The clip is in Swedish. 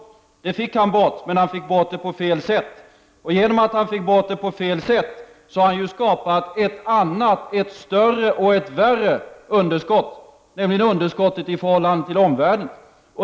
Det fick han bort, men på fel sätt. Genom att han fick bort budgetunderskottet på fel sätt har han skapat ett annat, ett större och ett värre underskott, nämligen vårt underskott i förhållande till omvärlden.